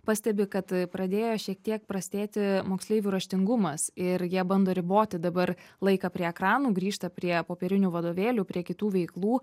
pastebi kad pradėjo šiek tiek prastėti moksleivių raštingumas ir jie bando riboti dabar laiką prie ekranų grįžta prie popierinių vadovėlių prie kitų veiklų